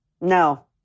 No